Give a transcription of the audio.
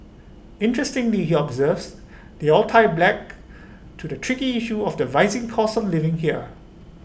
interestingly he observes they all tie black to the tricky issue of the rising cost of living here